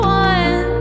one